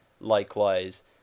likewise